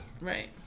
Right